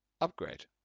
upgrade